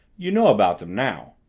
you know about them now.